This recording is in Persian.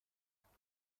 خواست